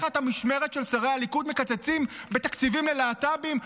תחת המשמרת של שרי הליכוד מקצצים בתקציבים ללהט"בים,